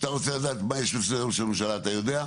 כשאתה רוצה לדעת מה יש בסדר היום של הממשלה אתה יודע?